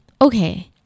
Okay